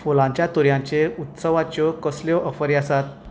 फुलांच्या तुऱ्यांचेर उत्सवाच्यो कसल्यो ऑफरी आसात